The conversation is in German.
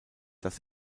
dass